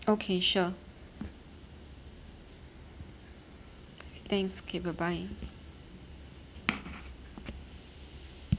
okay sure thanks okay bye bye